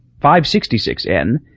566N